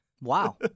Wow